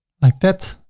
like that.